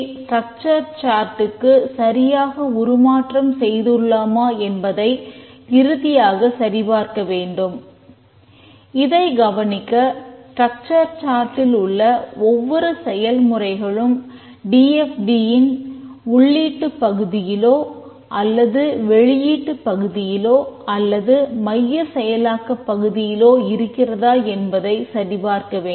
structure சார்ட்டின் யின் உள்ளீட்டுப் பகுதியிலோ அல்லது வெளியீட்டுப் பகுதியிலோ அல்லது மைய செயலாக்கப் பகுதியிலோ இருக்கிறதா என்பதை சரிபார்க்க வேண்டும்